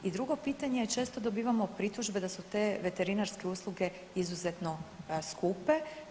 I drugo pitanje, često dobivamo pritužbe da su te veterinarske usluge izuzetno skupe.